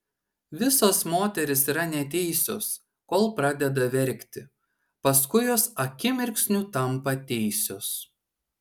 visos moterys yra neteisios kol pradeda verkti paskui jos akimirksniu tampa teisios